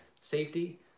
safety